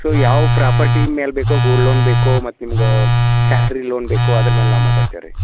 so ಯಾವ property ಮೇಲೆ ಬೇಕೋ ಗೋಲ್ ಲೋನ್ ಬೇಕೋ ಮತ್ತೆ ನಿಮ್ಗೆ ಸ್ಯಾಲ್ರಿ ಲೋನ್ ಬೇಕೋ ಅದ್ರ ಮೇಲೆ ನಾವು ಮಾತಾಡ್ತೇವೆ ರೀ